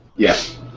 Yes